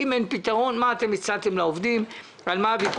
אם אין פתרון מה הצעתם לעובדים ועל מה הוויכוח?